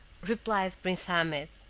replied prince ahmed,